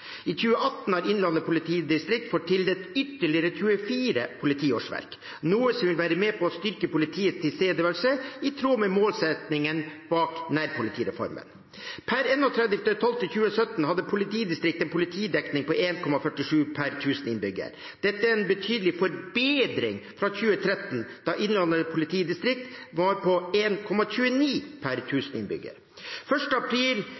I 2018 har Innlandet politidistrikt fått tildelt ytterligere 24 politiårsverk, noe som vil være med på å styrke politiets tilstedeværelse i tråd med målsettingen bak nærpolitireformen. Per 31. desember 2017 hadde politidistriktet en politidekning på 1,47 per 1 000 innbyggere. Dette er en betydelig forbedring fra 2013, da Innlandet politidistrikt lå på 1,29 per 1 000 innbyggere. Den 1. april